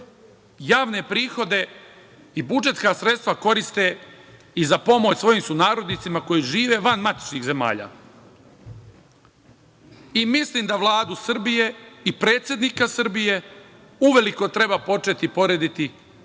javne prihode i budžetska sredstva koriste i za pomoć svojim sunarodnicima koji žive van matičnih zemalja. Mislim da Vladu Srbije i predsednika Srbije uveliko treba početi porediti sa